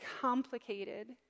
complicated